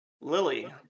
Lily